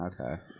Okay